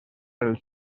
els